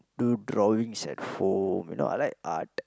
do drawings at home you know I like art